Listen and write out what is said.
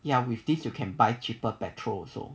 ya with this you can buy cheaper petrol so